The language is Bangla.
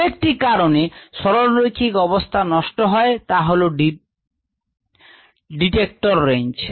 আরও একটি কারণে সরলরৈখিক অবস্থা নষ্ট হয় তাহলো ডিটেক্টর রেঞ্জ